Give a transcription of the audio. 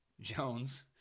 Jones